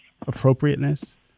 appropriateness